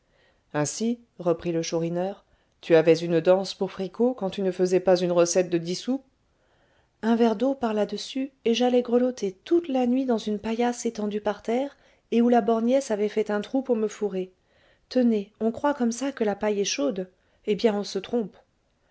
ainsi reprit le chourineur tu avais une danse pour fricot quand tu ne faisais pas une recette de dix sous un verre d'eau par là-dessus et j'allais grelotter toute la nuit dans une paillasse étendue par terre et où la borgnesse avait fait un trou pour me fourrer tenez on croit comme ça que la paille est chaude eh bien on se trompe